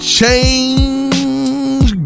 change